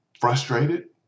frustrated